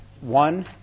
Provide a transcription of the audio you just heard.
One